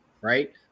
right